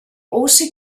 also